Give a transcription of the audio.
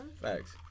Thanks